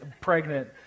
pregnant